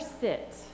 sit